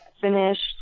finished